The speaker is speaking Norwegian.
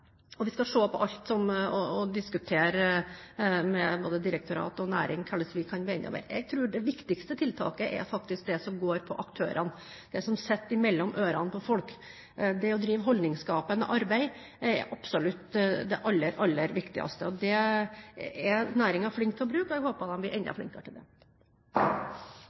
Vi skal se på alt og diskutere med både direktorat og næring hvordan vi kan bli enda bedre. Jeg tror det viktigste tiltaket er det som går på aktørene – det som sitter mellom ørene på folk. Det å drive holdningsskapende arbeid er absolutt det aller viktigste. Det er næringen flink til å bruke, og jeg håper de blir enda flinkere til det.